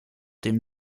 dem